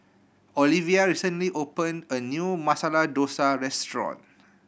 Olivia recently opened a new Masala Dosa Restaurant